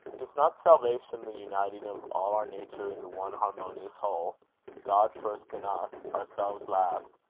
is not salvation the uniting of all our nature into one harmonious whole god first in us, ourselves last,